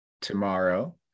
tomorrow